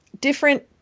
different